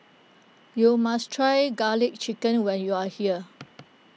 you must try Garlic Chicken when you are here